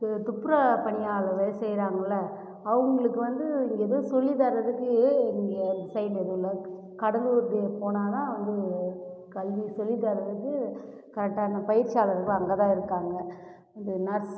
து துப்புரவு பணியாளர் வேலை செய்கிறாங்கல்ல அவங்களுக்கு வந்து இங்கே எதுவும் சொல்லித் தர்றதுக்கு இங்கே எங்கள் சைடில் எதுவும் இல்லை கடலூருக்கு போனால் தான் வந்து கல்வி சொல்லித் தர்றதுக்கு கரெக்டான பயிற்சியாளர்கள்லாம் அங்கேதான் இருக்காங்க இந்த நர்ஸ்